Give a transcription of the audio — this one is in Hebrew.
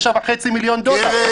הוא תרם 9.5 מיליון דולר.